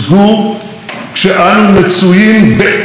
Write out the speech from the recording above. המזרח התיכון סוער וגועש סביבנו,